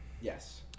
Yes